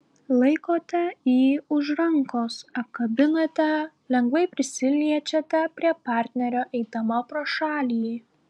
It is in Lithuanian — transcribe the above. laikote jį už rankos apkabinate lengvai prisiliečiate prie partnerio eidama pro šalį